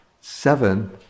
seven